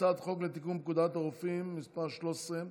הצעת חוק לתיקון פקודת הרופאים (מס' 13),